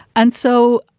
and so,